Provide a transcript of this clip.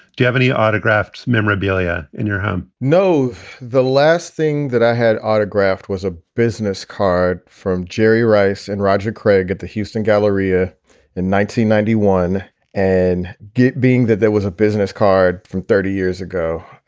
devone autographed memorabilia in your home? no. the last thing that i had autographed was a business card from jerry rice and roger craig at the houston galleria in nineteen ninety one and gave being that there was a business card from thirty years ago,